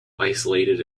isolated